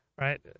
right